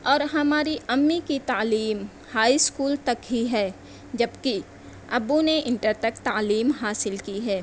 اور ہماری امی کی تعلیم ہائی اسکول تک ہی ہے جبکہ ابو نے انٹر تک تعلیم حاصل کی ہے